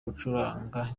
gucuranga